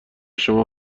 شما